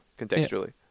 contextually